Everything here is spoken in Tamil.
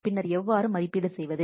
பின்னர் எவ்வாறு மதிப்பீடு செய்வது